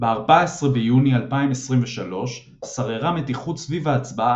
ב־14 ביוני 2023 שררה מתיחות סביב ההצבעה